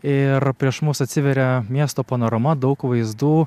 ir prieš mus atsiveria miesto panorama daug vaizdų